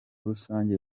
rusange